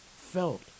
felt